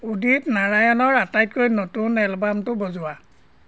উদিত নাৰায়ণৰ আটাইতকৈ নতুন এলবামটো বজোৱা